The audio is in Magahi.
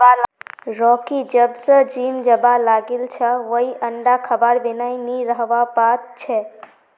रॉकी जब स जिम जाबा लागिल छ वइ अंडा खबार बिनइ नी रहबा पा छै